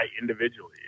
individually